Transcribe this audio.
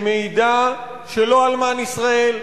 שמעידה שלא אלמן ישראל.